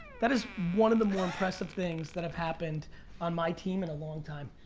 that is one of the more impressive things that have happened on my team in a long time.